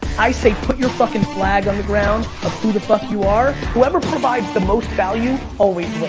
i say put your fucking flag on the ground of who the fuck you are. whoever provides the most value always